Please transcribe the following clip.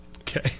okay